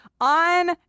on